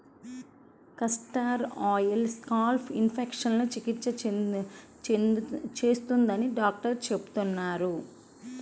castor oil scalp ఇన్ఫెక్షన్లకు చికిత్స చేస్తుందని డాక్టర్లు చెబుతున్నారు